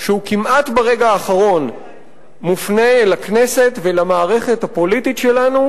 שהוא כמעט ברגע האחרון מופנה אל הכנסת ואל המערכת הפוליטית שלנו,